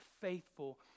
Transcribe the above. faithful